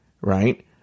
right